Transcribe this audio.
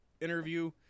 interview